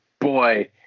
boy